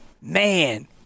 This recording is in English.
man